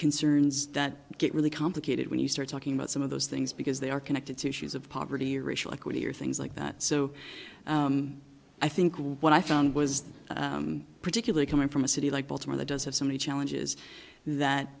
concerns that get really complicated when you start talking about some of those things because they are connected to shoes of poverty or racial equity or things like that so i think what i found was particularly coming from a city like baltimore that does have so many challenges that